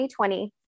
2020